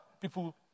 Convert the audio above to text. people